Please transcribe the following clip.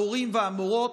המורים והמורות,